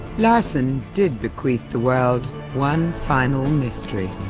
larsson did bequeath the world one final mystery.